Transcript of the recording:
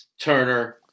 Turner